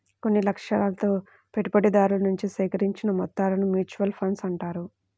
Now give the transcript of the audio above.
కొన్ని లక్ష్యాలతో పెట్టుబడిదారుల నుంచి సేకరించిన మొత్తాలను మ్యూచువల్ ఫండ్స్ అంటారు